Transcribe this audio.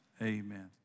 Amen